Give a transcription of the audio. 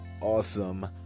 awesome